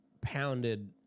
pounded